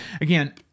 again